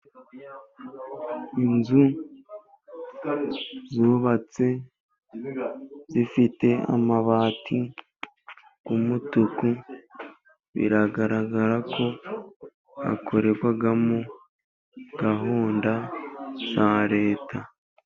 Inzu yubatse Ifite amabati y'umutuku, biragaragara ko ikorerwamo gahunda za Leta.